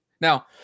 Now